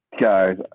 Guys